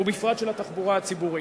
ובפרט של התחבורה הציבורית.